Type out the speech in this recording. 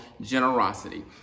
generosity